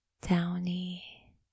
downy